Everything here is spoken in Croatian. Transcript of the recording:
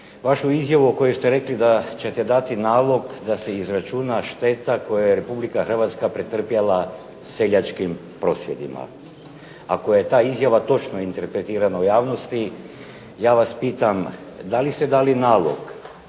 vašu izjavu u kojoj ste rekli da ćete dati nalog da se izračuna šteta koju je Republika Hrvatska pretrpjela seljačkim prosvjedima. Ako je ta izjava točno interpretirana u javnosti, ja vas pitam, da li ste dali nalog,